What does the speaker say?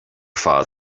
fad